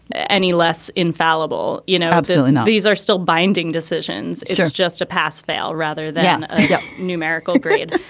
any less infallible. you know, absolutely not. these are still binding decisions. it's just just a pass fail rather than yeah a numerical grade.